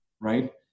right